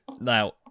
now